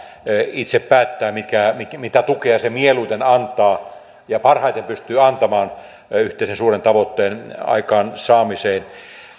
itse päättää mitä tukea se mieluiten antaa ja parhaiten pystyy antamaan yhteisen suuren tavoitteen aikaansaamiseen